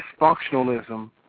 dysfunctionalism